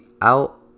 out